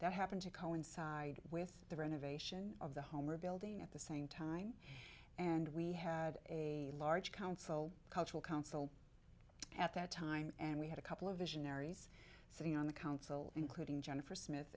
that happened to coincide with the renovation of the home or building at the same time and we had a large council cultural council at that time and we had a couple of visionaries sitting on the council including jennifer smith